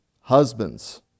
husbands